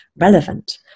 relevant